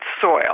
soil